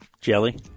Jelly